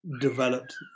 developed